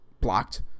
blocked